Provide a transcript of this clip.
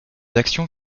actions